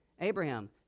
Abraham